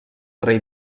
rei